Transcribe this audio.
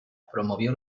promovió